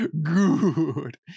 Good